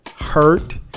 hurt